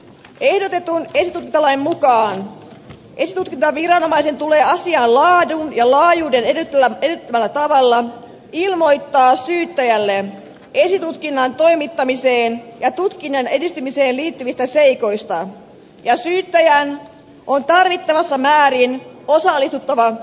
ehdotetun esitutkintalain mukaan esitutkintaviranomaisen tulee asian laadun ja laajuuden edellyttämällä tavalla ilmoittaa syyttäjälle esitutkinnan toimittamiseen ja tutkinnan edistymiseen liittyvistä seikoista ja syyttäjän on tarvittavassa määrin osallistuttava esitutkintaan